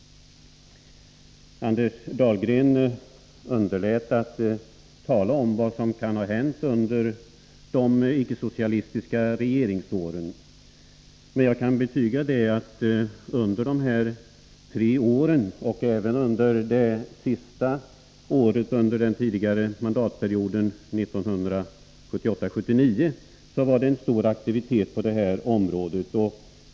Anders Dahlgren underlät att tala om vad som kan ha hänt under de icke-socialistiska regeringsåren, men jag kan betyga att under de sista tre åren, och även under det sista året under den tidigare mandatperioden, 1978/79, rådde en stor aktivitet på detta område.